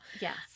Yes